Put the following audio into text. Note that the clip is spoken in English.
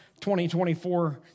2024